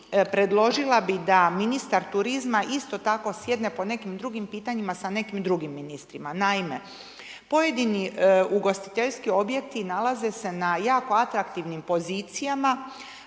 predložila bi da ministar turizma isto tako sjedne po nekim drugim pitanjima sa nekim drugim ministrima. Naime, pojedini ugostiteljski objekti nalaze se na jako atraktivnim pozicijama